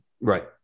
Right